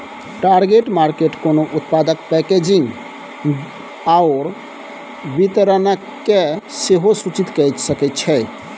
target market कोनो उत्पादक packaging आओर वितरणकेँ सेहो सूचित कए सकैत छै